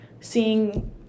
seeing